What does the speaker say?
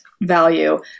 value